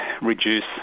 reduce